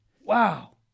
Wow